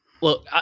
look